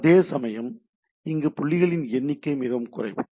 அதேசமயம் இங்கே புள்ளிகளின் எண்ணிக்கை மிகக் குறைவு